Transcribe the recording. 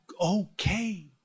okay